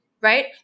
Right